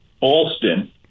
Alston